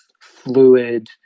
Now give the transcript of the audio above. fluid